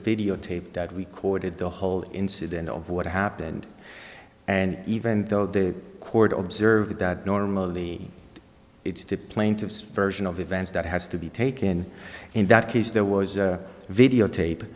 videotape that we courted the whole incident of what happened and even though the court observed that normally it's the plaintiffs version of events that has to be taken in that case there was a videotape